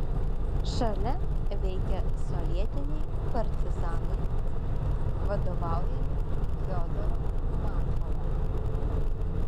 šalia veikia sovietiniai partizanai vadovaujami fiodoro markovo